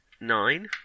Nine